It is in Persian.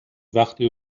وقتی